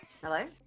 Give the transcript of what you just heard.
Hello